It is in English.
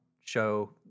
show